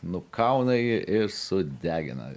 nukauna jį ir sudegina